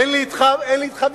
אין לי אתך ויכוח.